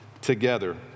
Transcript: together